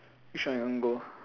which one you want go